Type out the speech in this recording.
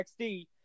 XD